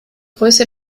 größe